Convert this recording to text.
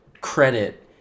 credit